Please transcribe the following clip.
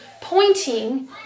pointing